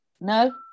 no